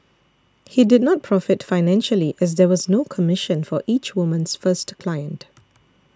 he did not profit financially as there was no commission for each woman's first client